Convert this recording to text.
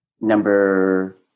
Number